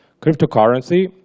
cryptocurrency